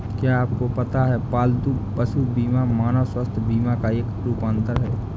क्या आपको पता है पालतू पशु बीमा मानव स्वास्थ्य बीमा का एक रूपांतर है?